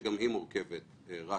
שגם היא מורכבת רק